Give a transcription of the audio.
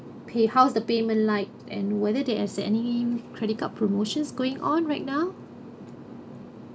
pay~ how's the payment like and whether there has any credit card promotions going on right now